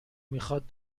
میخواد